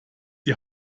die